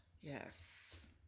Yes